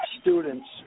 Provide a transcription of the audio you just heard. students